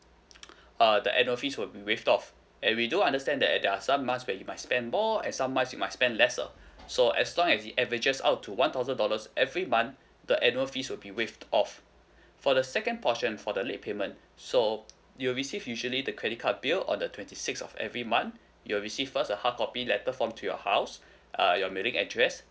uh the annual fees will be waived off and we do understand that there are some months where you might spend more and some months you might spend lesser so as long as it averages out to one thousand dollars every month the annual fees will be waived off for the second portion for the late payment so you will receive usually the credit card bill on the twenty sixth of every month you will receive first a hard copy letter form to your house uh your mailing address